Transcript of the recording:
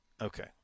Okay